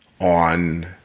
on